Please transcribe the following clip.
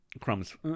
crumbs